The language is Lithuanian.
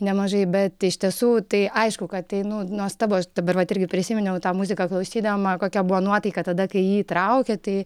nemažai bet iš tiesų tai aišku kad tai nu nuostabus aš dabar vat irgi prisiminiau tą muziką klausydama kokia buvo nuotaika tada kai jį traukė tai